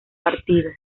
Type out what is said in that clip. partido